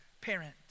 parent